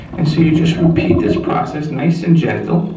and so you just repeat this process nice and gentle,